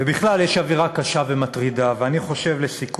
ובכלל, יש אווירה קשה ומטרידה.